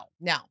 no